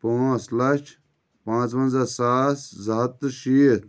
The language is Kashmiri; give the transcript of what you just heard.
پانٛژھ لچھ پنٛژونزہ ساس زٕ ہَتھ تہٕ شیٖتھ